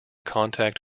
contact